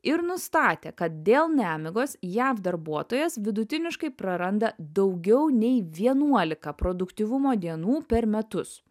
ir nustatė kad dėl nemigos jav darbuotojas vidutiniškai praranda daugiau nei vienuolika produktyvumo dienų per metus